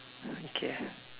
okay